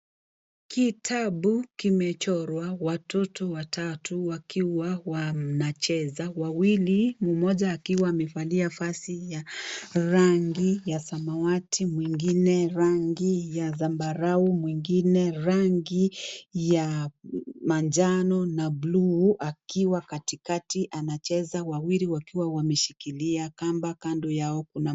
Kitabu kimechorwa watoto watatu wakiwa wanacheza wawili mmoja akiwa amevalia vazi ya rangi ya samawati mwingine rangi ya zambarau mwingine rangi ya manjano na bluu akiwa katikati anacheza wawili wakiwa wameshikilia kamba kando Yao....